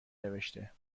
نوشته